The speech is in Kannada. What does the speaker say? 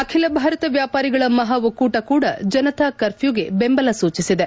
ಅಖಿಲ ಭಾರತ ವ್ಯಾಪಾರಿಗಳ ಮಹಾ ಒಕ್ಕೂಟ ಕೂಡ ಜನತ ಕರ್ಮ್ಯೂಗೆ ಬೆಂಬಲ ಸೂಚಿಸಿದೆ